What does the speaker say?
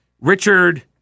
Richard